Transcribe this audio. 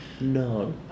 No